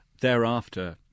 Thereafter